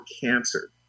cancer